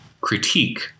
critique